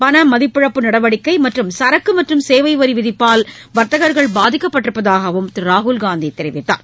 பணமதிப்பிழப்பு நடவடிக்கை மற்றும் சரக்கு மற்றும் சேவை வரி விதிப்பால் வர்த்தகர்கள் பாதிக்கப்பட்டிருப்பதாகவும் திரு ராகுல்காந்தி தெரிவித்தார்